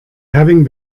having